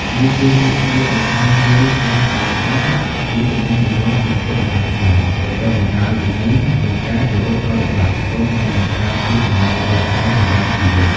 វាជួយពួកគេឱ្យស្វែងយល់កាន់តែច្បាស់ពីទំនៀមទម្លាប់ព្រះពុទ្ធសាសនា បណ្ដុះបណ្ដាលវិន័យ និងការគោរពប្រតិបត្តិ ព្រមទាំងបង្កើតជាទម្លាប់ដ៏ល្អសម្រាប់ជីវិត។